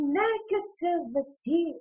negativity